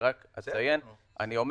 אני אומר